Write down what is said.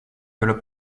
veulent